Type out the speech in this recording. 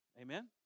Amen